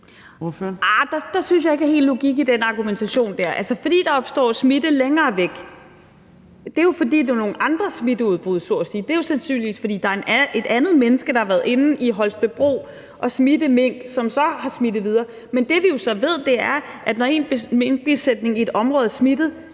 der synes jeg ikke, at der helt er logik i den argumentation dér. Det, at der opstår smitte længere væk, er jo, fordi der er nogle andre smitteudbrud, så at sige. Det er jo sandsynligvis, fordi der er et andet menneske, der har været inde i Holstebro og smitte mink, som så har smittet videre. Men det, vi så ved, er, at når en minkbesætning i et område er smittet,